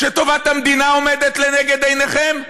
טובת המדינה עומדת לנגד עיניכם,